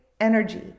energy